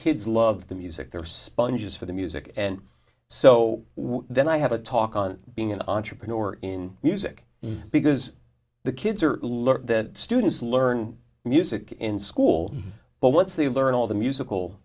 kids love the music they're sponges for the music and so then i have a talk on being an entrepreneur in music because the kids are look the students learn music in school but once they have learned all the musical